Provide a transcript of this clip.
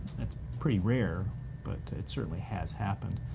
that's pretty rare but it certainly has happened.